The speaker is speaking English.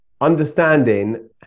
understanding